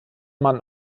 mann